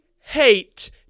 hate